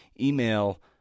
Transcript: Email